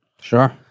Sure